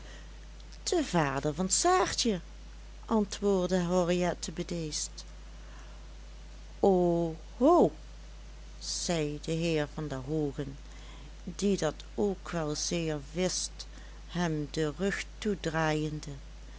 de vader van saartje antwoordde henriette bedeesd o ho zei de heer van der hoogen die dat ook zeer wel wist hem den rug toedraaiende